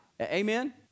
Amen